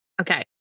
okay